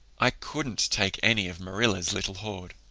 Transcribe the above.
i couldn't take any of marilla's little hoard.